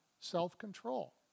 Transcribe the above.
self-control